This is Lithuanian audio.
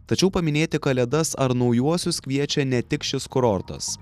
tačiau paminėti kalėdas ar naujuosius kviečia ne tik šis kurortas